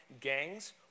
gangs